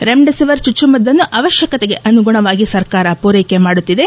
remdesivir ಚುಚ್ಚುಮದ್ದು ಅನ್ನು ಅವಶ್ಯಕತೆಗೆ ಅನುಗುಣವಾಗಿ ಸರ್ಕಾರ ಪೂರೈಕೆ ಮಾಡುತ್ತಿದೆ